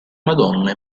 madonna